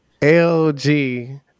LG